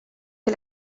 che